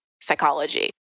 psychology